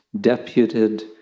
deputed